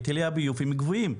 היטלי הביוב הם גבוהים,